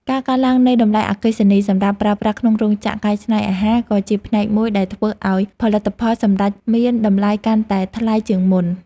ការកើនឡើងនៃតម្លៃអគ្គិសនីសម្រាប់ប្រើប្រាស់ក្នុងរោងចក្រកែច្នៃអាហារក៏ជាផ្នែកមួយដែលធ្វើឱ្យផលិតផលសម្រេចមានតម្លៃកាន់តែថ្លៃជាងមុន។